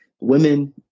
women